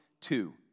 two